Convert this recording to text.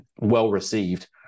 well-received